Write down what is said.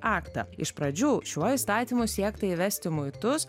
aktą iš pradžių šiuo įstatymu siekta įvesti muitus